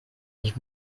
ich